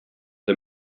the